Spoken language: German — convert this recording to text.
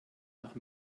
nach